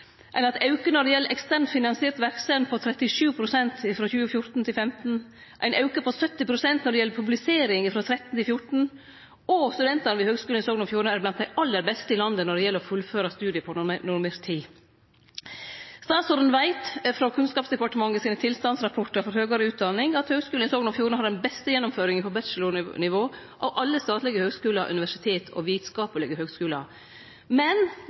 Ein har hatt ein auke på 37 pst. frå 2014 til 2015 når det gjeld eksternt finansiert verksemd, og ein auke på 70 pst. frå 2013 til 2014 når det gjeld publisering. Studentane ved Høgskulen i Sogn og Fjordane er blant dei aller beste i landet når det gjeld å fullføre studiet på normert tid. Statsråden veit frå Kunnskapsdepartementets tilstandsrapportar for høgare utdanning at Høgskulen i Sogn og Fjordane har den beste gjennomføringa på bachelornivå av alle statlege høgskular, universitet og vitskaplege høgskular. Men